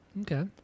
Okay